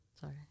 Sorry